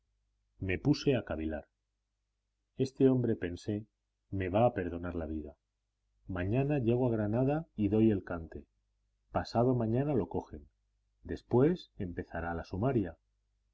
me puse a cavilar este hombre pensé me va a perdonar la vida mañana llego a granada y doy el cante pasado mañana lo cogen después empezará la sumaria